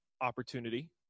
opportunity